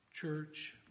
church